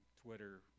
Twitter